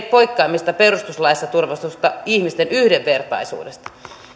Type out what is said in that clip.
poikkeamista perustuslaissa turvatusta ihmisten yhdenvertaisuudesta